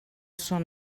son